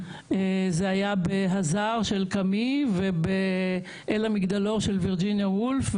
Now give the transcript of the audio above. זה היה "באל המגדלור" של וירג'יניה וולף,